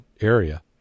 area